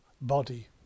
body